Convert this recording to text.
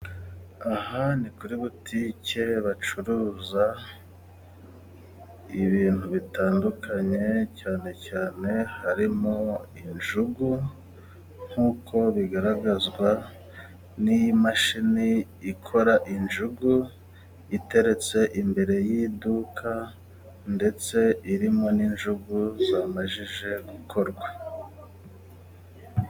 Aha ni kuri butike bacuruza ibintu bitandukanye cyane cyane harimo injugu nkuko bigaragazwa n'imashini ikora injugu iteretse imbere y'iduka ndetse irimo n'injugu zamajije gukorwa.